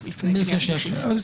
לפני הקריאה השנייה והקריאה השלישית.